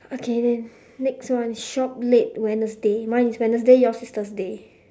okay then next one shop late wednesday mine is wednesday yours is thursday